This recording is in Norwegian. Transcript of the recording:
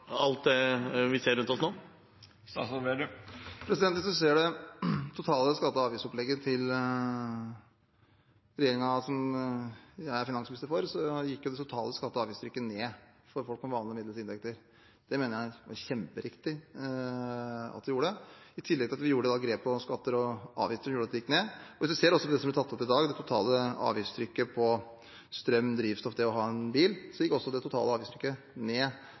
alt det vi ser rundt oss nå? Hvis man ser på det totale skatte- og avgiftsopplegget til regjeringen jeg er finansminister i, gikk det totale skatte- og avgiftstrykket ned for folk med vanlige og middels inntekter. Det mener jeg var kjemperiktig å gjøre. I tillegg tok vi grep på skatter og avgifter som gjorde at de gikk ned. Hvis man ser på det som blir tatt opp i dag, det totale avgiftstrykket på strøm, drivstoff og det å ha en bil, gikk det også